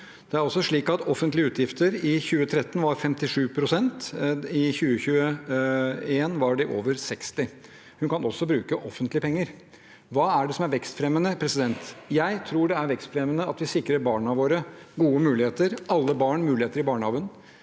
Det er også slik at offentlige utgifter i 2013 var på 57 pst. I 2021 var de på over 60 pst. Hun kan også bruke offentlige penger. Hva er det som er vekstfremmende? Jeg tror det er vekstfremmende at vi sikrer barna våre gode muligheter, sikrer alle barn muligheter i barnehagen.